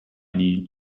need